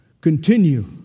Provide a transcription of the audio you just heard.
continue